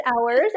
hours